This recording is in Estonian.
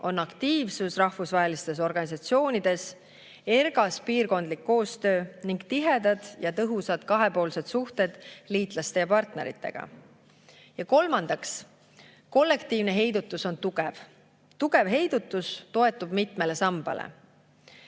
on aktiivsus rahvusvahelistes organisatsioonides, ergas piirkondlik koostöö ning tihedad ja tõhusad kahepoolsed suhted liitlaste ja partneritega. Kolmandaks, kollektiivne heidutus on tugev. Tugev heidutus toetub mitmele sambale.